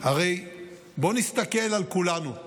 הרי בואו נסתכל על כולנו: